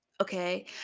okay